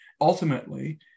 Ultimately